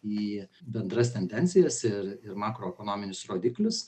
į bendras tendencijas ir ir makroekonominius rodiklius